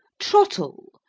trottle!